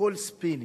הכול ספינים.